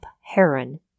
Heron